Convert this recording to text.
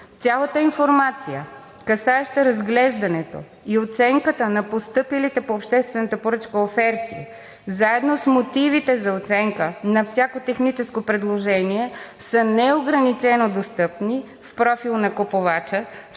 Цялата информация, касаеща разглеждането и оценката на постъпилите по обществената поръчка оферти, заедно с мотивите за оценка на всяко техническо предложение, са неограничено достъпни в профила на купувача,